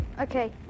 Okay